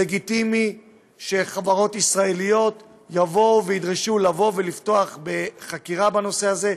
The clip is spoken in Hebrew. לגיטימי שחברות ישראליות יבואו וידרשו לפתוח בחקירה בנושא הזה,